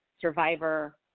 survivor